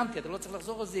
אתה לא צריך לחזור על זה,